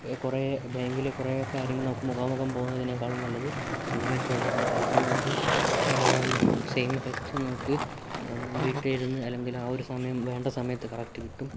കുറെ ബാങ്കില് കുറെ കാര്യങ്ങള് നമുക്ക് മുഖാമുഖം പോകുന്നതിനേക്കാളും നല്ലത് ഇന്റർനെറ്റ് വഴിയാണ് കാരണം അത് സെയിം എഫക്റ്റ് നമുക്ക് കിട്ടിയിരുന്ന് അല്ലെങ്കിൽ ആ ഒരു സമയം വേണ്ട സമയത്ത് കറക്റ്റ് കിട്ടും സമയത്ത് കിട്ടും